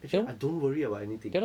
actually I don't worry about anything